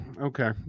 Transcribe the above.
Okay